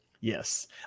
Yes